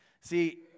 See